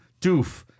doof